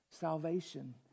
salvation